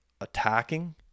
attacking